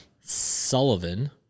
Sullivan